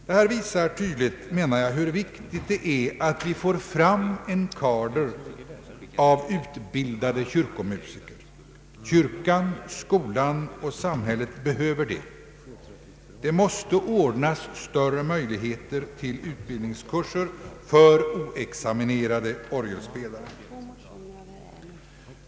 Detta visar tydligt hur viktigt det är att vi får fram en kader av utbildade kyrkomusiker — kyrkan, skolan och samhället behöver det. Det måste ordnas större möjligheter till utbildningskurser för oexaminerade orgelspelare.